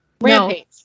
Rampage